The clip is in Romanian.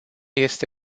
este